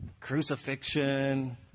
Crucifixion